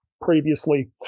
previously